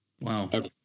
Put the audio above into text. Wow